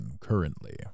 currently